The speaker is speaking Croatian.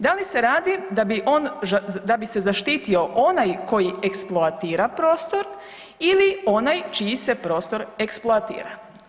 Da li se radi da bi on, da bi se zaštitio onaj koji eksploatira prostor ili onaj čiji se prostor eksploatira?